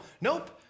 nope